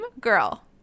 girl